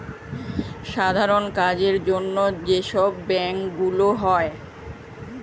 সাধারণ কাজের জন্য যে সব ব্যাংক গুলো হয়